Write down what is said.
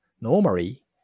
normally